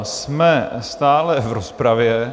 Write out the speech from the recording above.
Jsme stále v rozpravě.